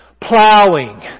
Plowing